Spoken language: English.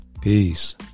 Peace